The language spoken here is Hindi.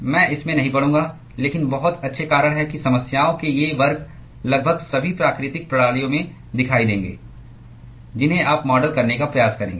मैं इसमें नहीं पड़ूंगा लेकिन बहुत अच्छे कारण हैं कि समस्याओं के ये वर्ग लगभग सभी प्राकृतिक प्रणालियों में दिखाई देंगे जिन्हें आप मॉडल करने का प्रयास करेंगे